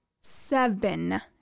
seven